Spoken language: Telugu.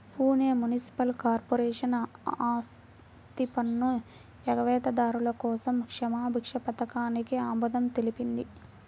పూణె మునిసిపల్ కార్పొరేషన్ ఆస్తిపన్ను ఎగవేతదారుల కోసం క్షమాభిక్ష పథకానికి ఆమోదం తెలిపింది